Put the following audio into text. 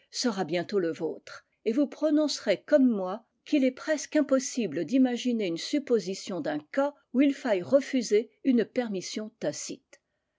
sera bientôt le vôtre et vous prononcerez comme moi qu'il est presque impossible d'imaginer une supposition d'un cas où il faille refuser une permission tacite